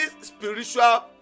spiritual